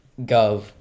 Gov